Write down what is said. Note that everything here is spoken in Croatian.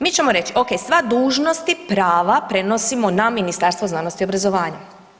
Mi ćemo reći ok, sva dužnosti, prava prenosimo na Ministarstvo znanosti i obrazovanja.